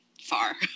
far